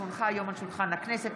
כי הונחה היום על שולחן הכנסת,